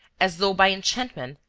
as though by enchantment,